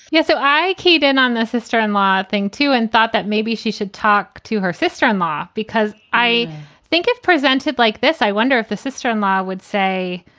yes. so i caved in on the sister in law thing, too, and thought that maybe she should talk to her sister in law. because i think if presented like this, i wonder if the sister in law would say,